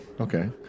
okay